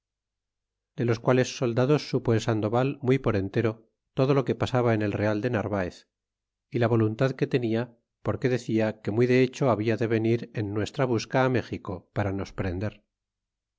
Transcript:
de los quales soldados supo el sandoval muy por entero todo lo que pasaba en el real de narvaez é la voluntad que tenia porque de cia que muy de hecho habla de venir en nuestra busca méxico para nos prender